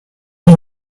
did